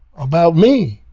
about me